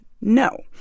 No